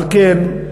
על כן,